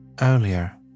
Earlier